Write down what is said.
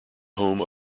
home